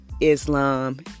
Islam